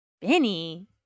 Benny